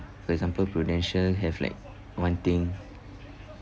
for example Prudential have like one thing